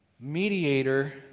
mediator